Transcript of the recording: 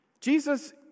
Jesus